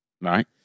Right